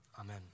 Amen